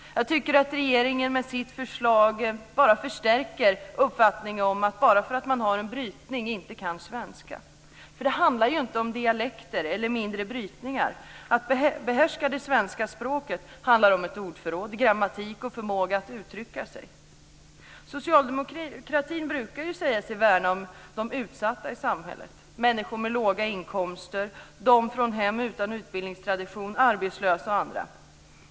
Jag tycker att regeringen med sitt förslag bara förstärker uppfattningen om att man, bara för att man har en brytning, inte kan svenska. Det handlar ju inte om dialekter eller mindre brytningar. Att behärska det svenska språket handlar om ordförråd, grammatik och förmåga att uttrycka sig. Socialdemokratin brukar ju säga sig värna om de utsatta i samhället, människor med låga inkomster, de från hem utan utbildningstradition, arbetslösa och andra.